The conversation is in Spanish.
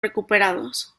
recuperados